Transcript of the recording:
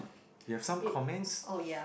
you have some comments